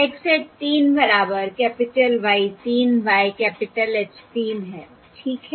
X hat 3 बराबर capital Y 3 by capital H 3 है ठीक है